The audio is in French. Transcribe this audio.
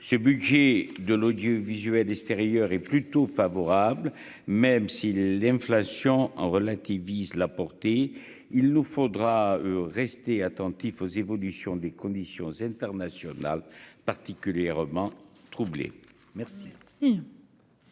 ce budget de l'audiovisuel extérieur est plutôt favorable, même si l'inflation en relativise la portée : il nous faudra rester attentif aux évolutions des conditions international particulièrement troublé. Merci.